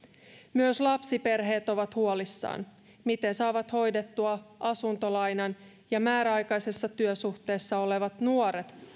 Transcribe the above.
myös lapsiperheet ovat huolissaan miten saavat hoidettua asuntolainan ja määräaikaisessa työsuhteessa olevat nuoret